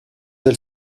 elle